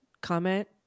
comment